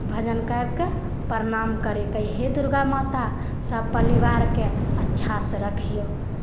भजन करि कऽ प्रणाम करि कऽ हे दुर्गामाता सभ परिवारकेँ अच्छासँ रखियौ